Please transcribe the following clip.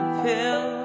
pill